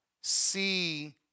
see